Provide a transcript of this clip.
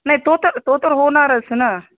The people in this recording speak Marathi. नाही तो तर तो तर होणारच ना